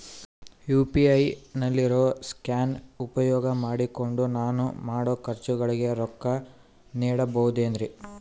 UPI ನಲ್ಲಿ ಇರೋ scan ಉಪಯೋಗ ಮಾಡಿಕೊಂಡು ನಾನು ಮಾಡೋ ಖರ್ಚುಗಳಿಗೆ ರೊಕ್ಕ ನೇಡಬಹುದೇನ್ರಿ?